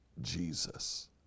Jesus